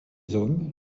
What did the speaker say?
hommes